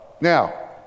Now